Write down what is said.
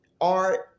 art